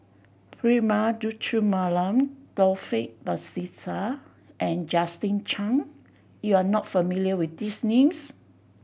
Prema Letchumanan Taufik Batisah and Justin Zhuang you are not familiar with these names